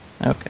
Okay